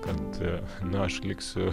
kad aš liksiu